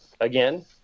again